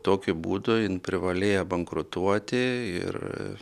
tokiu būdu jin privalėjo bankrutuoti ir